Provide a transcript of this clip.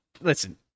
Listen